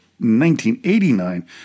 1989